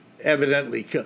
evidently